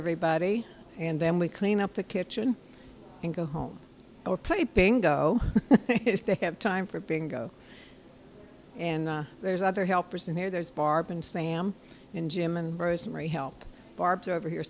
everybody and then we clean up the kitchen and go home or play bingo if they have time for bingo and there's other helpers in there there's barb and sam and jim and rosemary help barb's over here